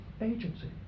agency